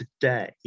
today